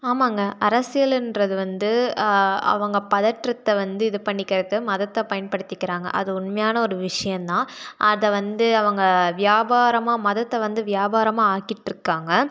ஆமாங்க அரசியலுகிறது வந்து அவங்க பதற்றத்தை வந்து இது பண்ணிக்கிறதுக்கு மதத்தை பயன்படுத்திக்கிறாங்க அது உண்மையான ஒரு விஷயம் தான் அதை வந்து அவங்க வியாபாரமாக மதத்தை வந்து வியாபாரமாக ஆக்கிட்டிருக்காங்க